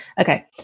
okay